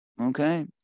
Okay